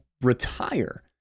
retire